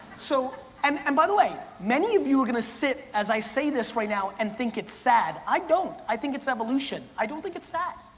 so and and by the way, many of you are gonna sit as i say this right now, and think it's sad. i don't, i think it's evolution. i don't think it's sad.